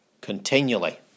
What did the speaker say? continually